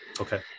Okay